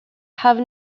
have